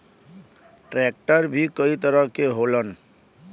tractor भी कई तरह के होलन